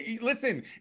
listen